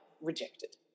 rejected